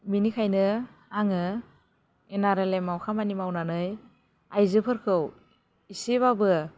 बेनिखायनो आङो N R L M आव खामानि मावनानै आइजोफोरखौ एसेबाबो